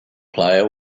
player